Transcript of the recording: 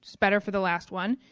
better for the last one.